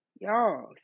y'all